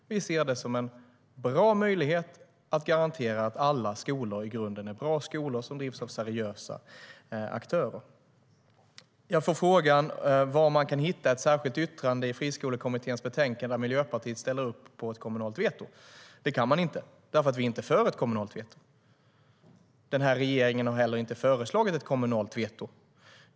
Det ser vi som en bra möjlighet att garantera att alla skolor i grunden är bra skolor som drivs av seriösa aktörer. Jag får frågan om var man kan hitta ett särskilt yttrande i Friskolekommitténs betänkande där Miljöpartiet ställer upp på ett kommunalt veto. Det kan man inte, för vi är inte för ett kommunalt veto. Regeringen har heller inte föreslagit ett kommunalt veto.